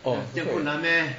orh seh